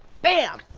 bam!